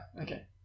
Okay